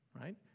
right